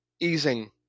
easing